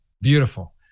beautiful